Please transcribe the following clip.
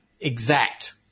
exact